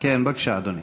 בבקשה, אדוני.